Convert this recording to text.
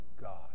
God